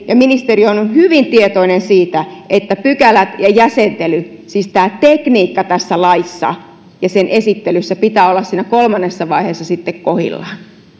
ja ministeriö on hyvin tietoinen siitä että pykälien ja jäsentelyiden siis tämän tekniikan tässä laissa ja sen esittelyssä pitää olla siinä kolmannessa vaiheessa sitten kohdillaan